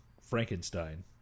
Frankenstein